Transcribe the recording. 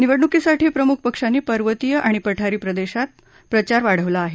निवडणुकीसाठी प्रमुख पक्षांनी पर्वतीय आणि पठारी प्रदेशांत प्रचार वाढवला आहे